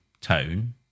tone